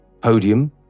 podium